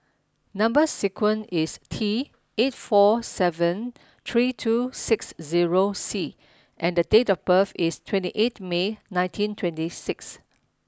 number sequence is T eight four seven three two six zero C and date of birth is twenty eighth May nineteen twenty six